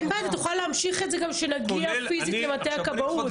אתה תוכל להמשיך את זה גם כשנגיע פיזית למטה הכבאות.